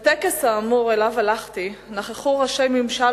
בטקס האמור נכחו ראשי ממשל,